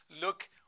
look